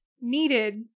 Needed